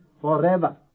forever